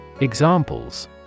Examples